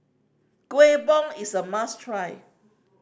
Kuih Bom is a must try